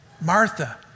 Martha